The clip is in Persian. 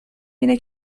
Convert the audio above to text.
اینه